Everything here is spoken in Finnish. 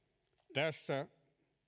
tässä